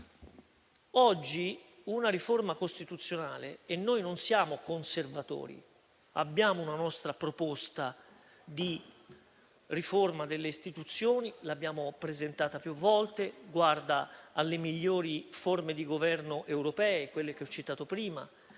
e Parlamento. Noi non siamo conservatori ed abbiamo una nostra proposta di riforma delle istituzioni; l'abbiamo presentata più volte e guarda alle migliori forme di governo europee, che ho citate prima: